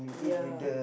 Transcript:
ya